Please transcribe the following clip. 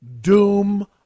doom